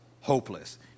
hopeless